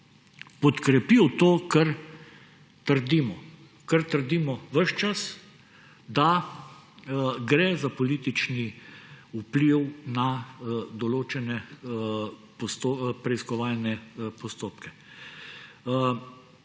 podkrepil to, kar trdimo ves čas − da gre za politični vpliv na določene preiskovalne postopke.